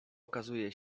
okazuje